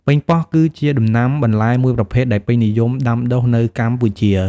ប៉េងប៉ោះ គឺជាដំណាំបន្លែមួយប្រភេទដែលពេញនិយមដាំដុះនៅកម្ពុជា។